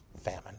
Famine